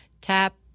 tap